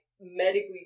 medically